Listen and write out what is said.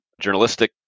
journalistic